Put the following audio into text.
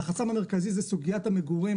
הוא סוגיית המגורים.